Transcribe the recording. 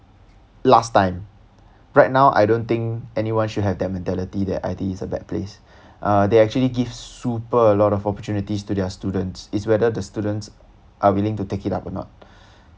last time right now I don't think anyone should have mentality that I_T_E is a bad place they actually gave super a lot of opportunity to their students it's whether the students are willing up to take it up or not